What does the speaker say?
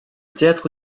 théâtre